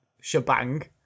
shebang